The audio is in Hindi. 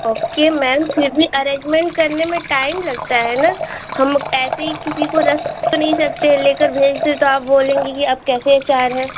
ओके मैम फिर भी अरेंजमेंट करने में टाइम लगता है ना हम ऐसे ही किसी को रख तो नहीं सकते लेकर भेज दें तो आप बोलेंगी कि आप कैसे एच आर हैं